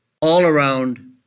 all-around